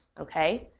ok?